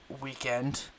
weekend